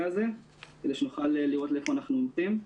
הזה כדי שנוכל לדעת לאן אנחנו הולכים.